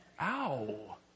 ow